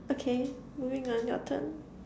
okay moving on your turn